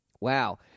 wow